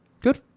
Good